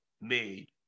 made